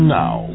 now